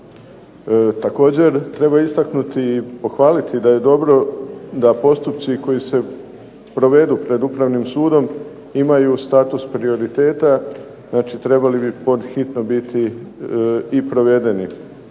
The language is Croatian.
Također treba istaknuti i pohvaliti da je dobro da postupci koji se provedu pred Ustavnim sudom imaju status prioriteta, znači trebali bi pod hitno biti provedeni.